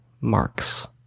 marks